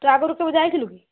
ତୁ ଆଗରୁ କେବେ ଯାଇଥିଲୁ କି